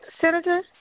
Senator